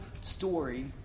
story